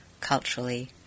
culturally